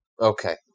Okay